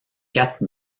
quatre